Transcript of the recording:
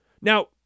Now